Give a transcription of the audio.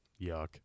yuck